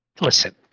Listen